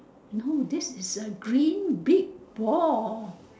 no this is a green big ball